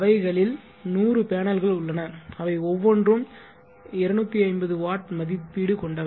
அவைகளில் 100 பேனல்கள் உள்ளன அவை ஒவ்வொன்றும் 250 W மதிப்பீடு கொண்டவை